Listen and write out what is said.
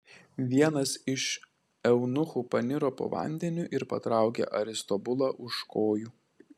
vienas iš eunuchų paniro po vandeniu ir patraukė aristobulą už kojų